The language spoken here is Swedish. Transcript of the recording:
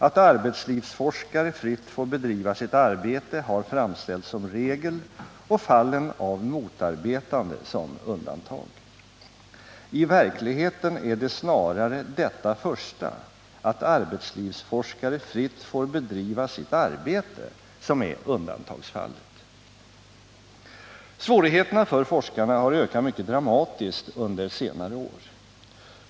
At arbetslivsforskare fritt får bedriva sitt arbete har framställts som regel och fallen av motarbetande som undantag. I verkligheten är det snarare detta första, att arbetslivsforskare fritt får bedriva sitt arbete, som är undantagsfallet.” Svårigheterna för forskarna har ökat mycket dramatiskt under senare år.